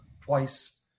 twice